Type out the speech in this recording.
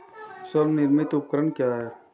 स्वनिर्मित उपकरण क्या है?